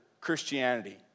Christianity